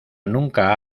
nunca